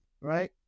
right